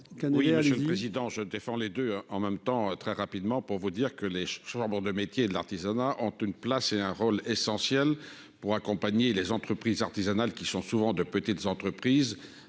Oui, je suis président, je défends les deux en même temps très rapidement, pour vous dire que les chambres de métiers et de l'artisanat, ont une place et un rôle essentiel pour accompagner les entreprises artisanales qui sont souvent de petites entreprises